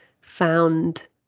found